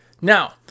Now